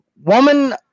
Woman